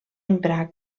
emprar